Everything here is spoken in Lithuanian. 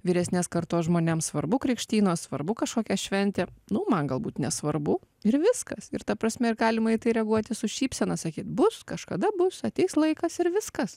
vyresnės kartos žmonėms svarbu krikštynos svarbu kažkokia šventė nu man galbūt nesvarbu ir viskas ir ta prasme ir galima į tai reaguoti su šypsena sakyt bus kažkada bus ateis laikas ir viskas